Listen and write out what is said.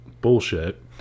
bullshit